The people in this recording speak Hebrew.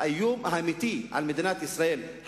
האיום האמיתי על מדינת ישראל הוא